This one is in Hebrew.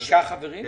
שישה חברים?